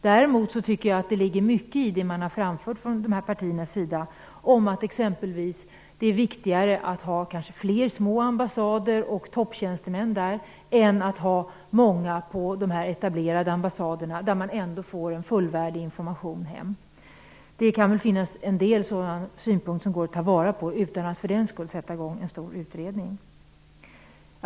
Däremot ligger det mycket i vad de här partierna har framfört exempelvis om att det är viktigare att ha fler små ambassader med topptjänstemän än att ha många tjänstemän på de etablerade ambassaderna, varifrån man ändå får en fullvärdig information. Det kan finnas en del sådana synpunkter som går att ta vara på utan att för den skull sätta i gång en stor utredning.